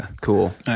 Cool